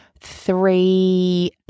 three